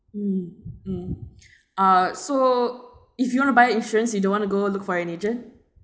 mm mm uh so if you want to buy insurance you don't want to go look for an agent